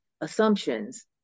assumptions